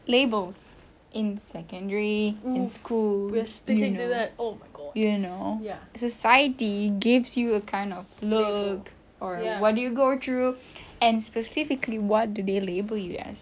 labels in secondary in school you know you know society gives you a kind of look or what you go through and specifically what do they label you as